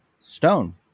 Stone